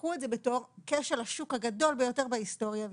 קחו את זה בתור כשל השוק הגדול ביתר בהיסטוריה,